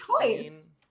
choice